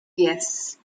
yes